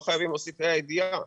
לא חייבים להוסיף ה' הידיעה,